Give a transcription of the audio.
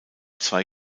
zwei